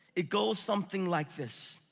it goes something like this.